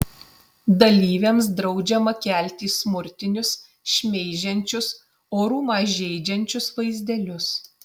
dalyviams draudžiama kelti smurtinius šmeižiančius orumą žeidžiančius vaizdelius